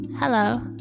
Hello